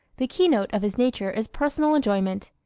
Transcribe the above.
the keynote of his nature is personal enjoyment.